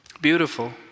Beautiful